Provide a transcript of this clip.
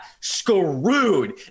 screwed